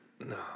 No